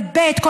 תגבה את המפכ"ל,